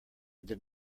did